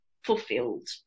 fulfilled